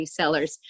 resellers